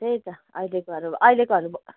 त्यही त अहिलेकोहरू अहिलेकोहरू ब्